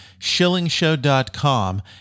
shillingshow.com